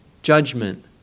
judgment